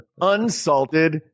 unsalted